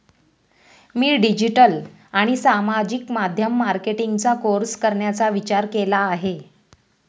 मी digital आणि सामाजिक माध्यम मार्केटिंगचा कोर्स करण्याचा विचार केला आहे